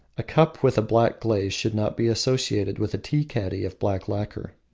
a cup with a black glaze should not be associated with a tea-caddy of black lacquer.